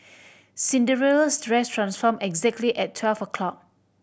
Cinderella's dress transformed exactly at twelve o' clock